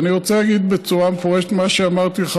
ואני רוצה להגיד בצורה מפורשת מה שאמרתי לך